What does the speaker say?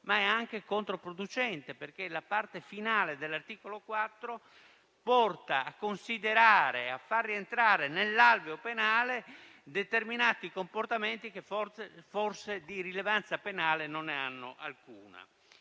ma è anche controproducente, perché la parte finale dell'articolo 4 porta a considerare e a far rientrare nell'alveo penale determinati comportamenti che forse non hanno alcuna